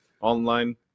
online